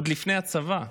עוד לפני הצבא,